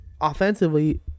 offensively